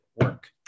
Work